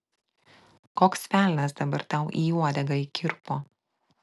koks velnias dabar tau į uodegą įkirpo